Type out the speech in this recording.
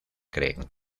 creen